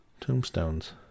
tombstones